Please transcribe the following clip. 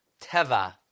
teva